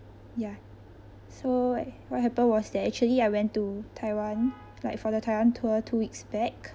ya so what what happened was that actually I went to taiwan like for the taiwan tour two weeks back